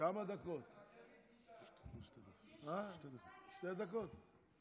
אני צריכה להגיע לתל אביב --- שלוש דקות.